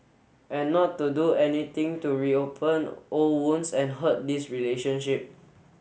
and not to do anything to reopen old wounds and hurt this relationship